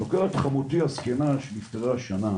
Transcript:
אני מדבר על חמותי הזקנה שנפטרה השנה,